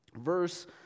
Verse